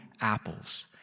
apples